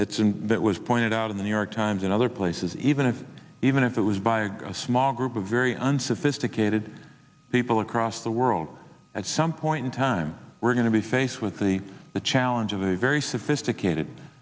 and that was pointed out in the new york times and other places even if even if it was by a small group of very unsophisticated people across the world at some point in time we're going to be faced with the the challenge of a very